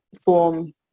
form